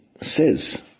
says